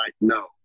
No